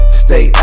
stay